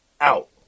out